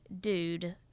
dude